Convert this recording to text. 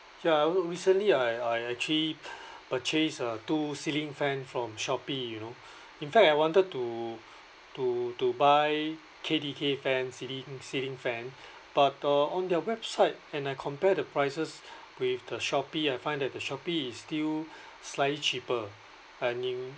ya I also recently I I actually purchase uh two ceiling fan from shopee you know in fact I wanted to to to buy K_D_K fan ceiling ceiling fan but uh on their website and I compare the prices with the shopee I find that the shopee is still slightly cheaper and it